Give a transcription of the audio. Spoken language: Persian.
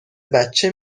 بچه